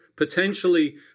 Potentially